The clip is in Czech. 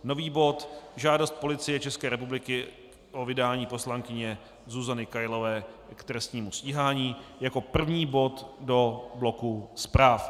Nový bod Žádost Policie České republiky o vydání poslankyně Zuzany Kailové k trestnímu stíhání jako první bod do bloku zpráv.